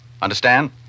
Understand